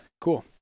cool